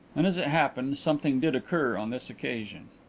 and, as it happened, something did occur on this occasion.